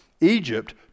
Egypt